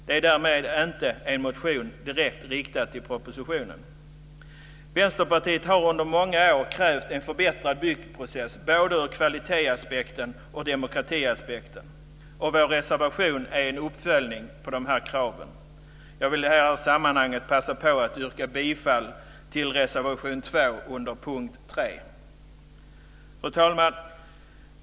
Det är därmed inte en motion som är direkt riktad till propositionen. Vänsterpartiet har under många år krävt en förbättrad byggprocess, både ur kvalitetsaspekten och ur demokratiaspekten. Vår reservation är en uppföljning av dessa krav. Jag vill i detta sammanhang passa på att yrka bifall till reservation 2 under mom. 3. Fru talman!